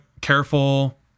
careful